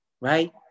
right